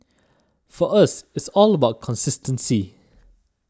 for us it's all about consistency